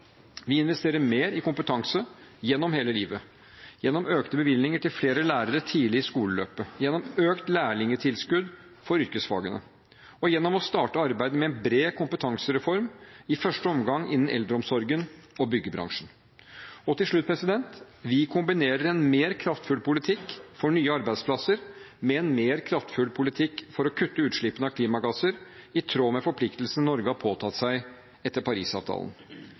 Vi investerer mer i kompetanse – gjennom hele livet – gjennom økte bevilgninger til flere lærere tidlig i skoleløpet økt lærlingtilskudd for yrkesfagene å starte arbeidet med en bred kompetansereform, i første omgang innen eldreomsorgen og byggebransjen Til slutt: Vi kombinerer en mer kraftfull politikk for nye arbeidsplasser med en mer kraftfull politikk for å kutte utslippene av klimagasser, i tråd med forpliktelsene Norge har påtatt seg